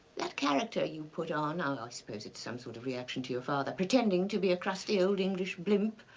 that character you put on, ah i suppose it's some sort of reaction to your father, pretending to be a crusty old english blimp.